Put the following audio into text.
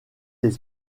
des